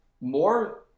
more